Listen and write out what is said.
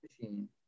machine